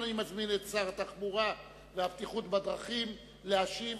אני מזמין את שר התחבורה והבטיחות בדרכים להשיב